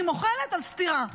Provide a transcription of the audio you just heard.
אני מוחלת על סטירה.